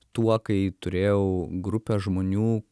tuo kai turėjau grupę žmonių